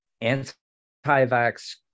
anti-vax